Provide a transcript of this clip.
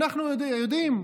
אנחנו יודעים,